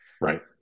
Right